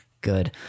Good